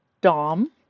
dom